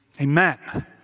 Amen